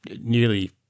nearly